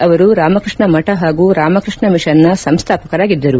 ಅವರು ರಾಮಕೃಷ್ಣ ಮಠ ಹಾಗೂ ರಾಮಕೃಷ್ಣ ಮಿಷನ್ನ ಸಂಸ್ಥಾಪಕರಾಗಿದ್ದರು